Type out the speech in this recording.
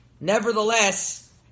nevertheless